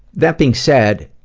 that being said,